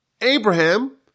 Abraham